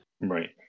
Right